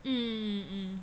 mm